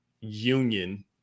union